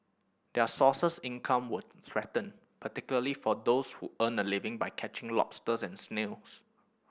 their sources income were threatened particularly for those who earn a living by catching lobsters and snails